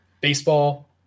baseball